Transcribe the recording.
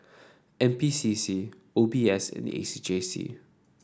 N P C C O B S and A C J C